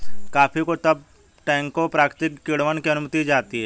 coffee को तब टैंकों प्राकृतिक किण्वन की अनुमति दी जाती है